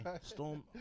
Storm